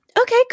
Okay